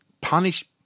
punish